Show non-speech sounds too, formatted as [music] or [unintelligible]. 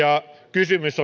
kysymys [unintelligible]